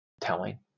telling